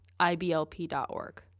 iblp.org